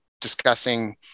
discussing